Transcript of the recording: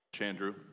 Andrew